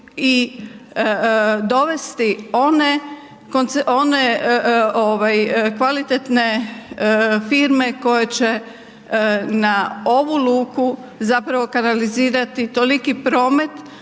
i dovesti one kvalitetne firme koje će na ovu luku zapravo kad kanalizirati toliki promet